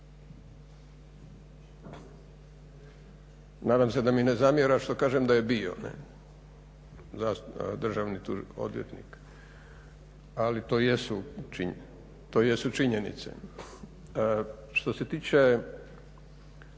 nadam se da mi ne zamjera što kažem da je bio državni odvjetnik, ali to jesu činjenice. Što se tiče